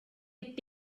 had